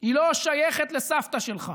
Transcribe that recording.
היא לא שייכת לסבתא שלך.